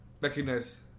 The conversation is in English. Recognize